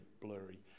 blurry